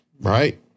right